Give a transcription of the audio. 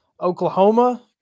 Oklahoma